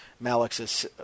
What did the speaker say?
Malik's